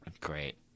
Great